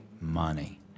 money